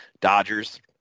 Dodgers